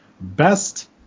Best